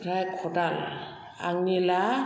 फ्राय खदाल आंनिला